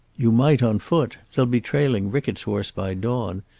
you might, on foot. they'll be trailing rickett's horse by dawn.